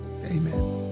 Amen